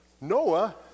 Noah